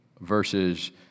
versus